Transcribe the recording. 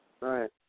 Right